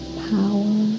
power